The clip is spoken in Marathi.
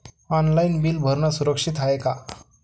ऑनलाईन बिल भरनं सुरक्षित हाय का?